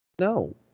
No